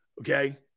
okay